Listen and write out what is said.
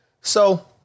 So-